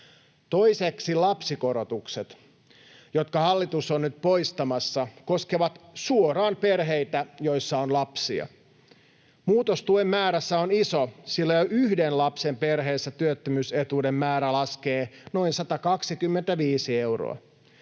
Toiseksi lapsikorotukset, jotka hallitus on nyt poistamassa, koskevat suoraan perheitä, joissa on lapsia. Muutos tuen määrässä on iso, sillä jo yhden lapsen perheessä työttö-myysetuuden määrä laskee noin 125 euroa.